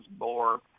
more